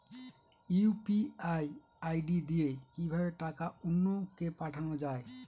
UPI ID দিয়ে কিভাবে টাকা অন্য কে পাঠানো যায়?